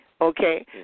okay